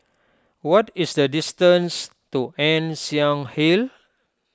what is the distance to Ann Siang Hill